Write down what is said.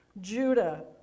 Judah